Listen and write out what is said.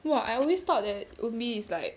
!wah! I always thought that eun bi is like